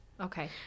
Okay